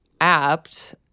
apt